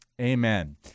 amen